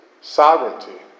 sovereignty